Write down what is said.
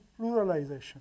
pluralization